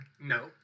No